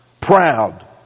proud